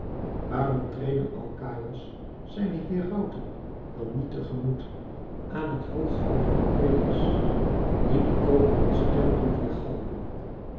waarom treden alkaïos zijne herauten dan niet te gemoet aan het hoofd van kopreus die de koperen stem doet